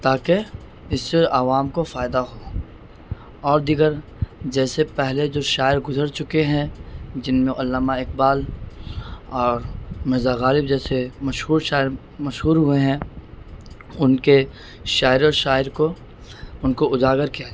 تاکہ اس سے عوام کو فائدہ ہو اور دیگر جیسے پہلے جو شاعر گزر چکے ہیں جن میں علامہ اقبال اور مزا غالب جیسے مشہور شاعر مشہور ہوئے ہیں ان کے شاعر و شاعر کو ان کو اجاگر کیا جائے